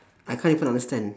I can't even understand